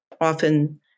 often